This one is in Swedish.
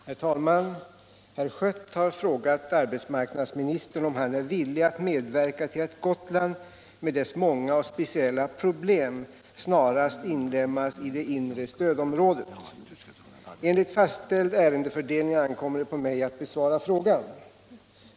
Herr talman! Herr Schött har frågat arbetsmarknadsministern om han är villig att medverka till att Gotland med dess många och speciella problem snarast inlemmas i det inre stödområdet. Enligt fastställd ärendefördelning ankommer det på mig att besvara frågan.